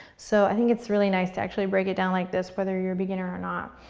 so i think it's really nice to actually break it down like this whether you're a beginner or not.